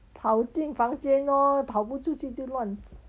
跑进房间 lor 跑不出去就乱